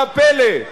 מה הפלא?